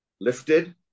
lifted